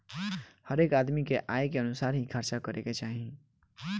हरेक आदमी के आय के अनुसार ही खर्चा करे के चाही